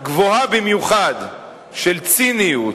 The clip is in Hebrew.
גבוהה במיוחד של ציניות,